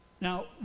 Now